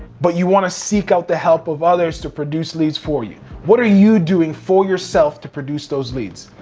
but you wanna seek out the help of others to produce leads for you? what are you doing for yourself to produce those leads?